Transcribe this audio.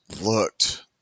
looked